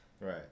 Right